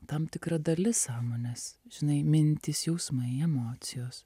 tam tikra dalis sąmonės žinai mintys jausmai emocijos